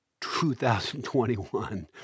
2021